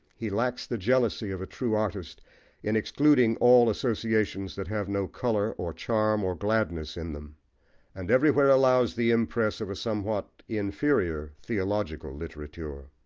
he lacks the jealousy of a true artist in excluding all associations that have no colour, or charm, or gladness in them and everywhere allows the impress of a somewhat inferior theological literature.